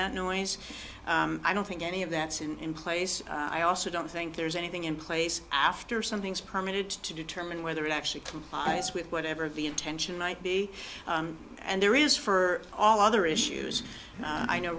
that noise i don't think any of that's in place i also don't think there's anything in place after something's permitted to determine whether it actually complies with whatever the intention might be and there is for all other issues i know